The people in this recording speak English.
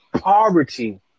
poverty